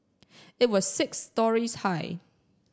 it was six storeys high